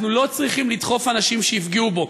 אנחנו לא צריכים לדחוף אנשים שיפגעו בו,